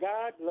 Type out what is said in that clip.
God